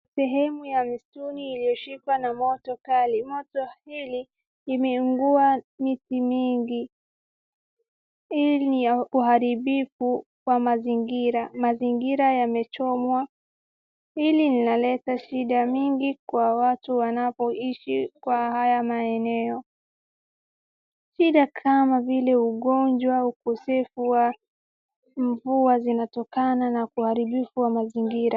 Sehemu ya mstuni iliyoshikwa na moto kali, moto hili, limeunguza miti mingi, hii ni uharibifu kwa mazingira. Mazingira yamechomwa, hili lina leta shida mingi kwa watu wanaoishi kwa haya maeneo. Shida kama vile ugonjwa, ukosefu wa mvua zinatokana na uharibifu wa mazingira.